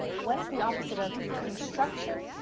what's the opposite of construction?